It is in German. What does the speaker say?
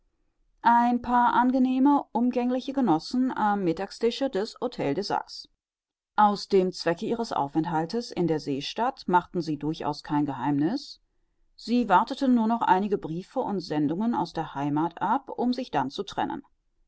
ein paar angenehme umgängliche genossen am mittagstische des htel de saxe aus dem zwecke ihres aufenthaltes in der seestadt machten sie durchaus kein geheimniß sie warteten nur noch einige briefe und sendungen aus der heimath ab um sich dann zu trennen